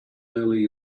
early